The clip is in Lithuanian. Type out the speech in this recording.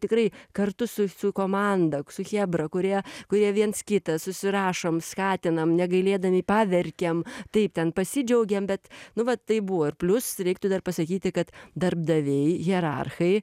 tikrai kartu su komanda su chebra kurie kurie viens kitą susirašom skatinam negailėdami paverkiam taip ten pasidžiaugėm bet nu va taip buvo ir plius reiktų dar pasakyti kad darbdaviai hierarchai